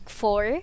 four